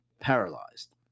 paralyzed